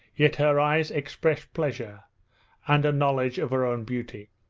yet her eyes expressed pleasure and a knowledge of her own beauty.